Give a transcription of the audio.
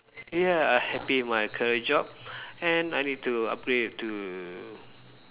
ya I happy with my current job and I need to upgrade to